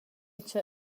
cha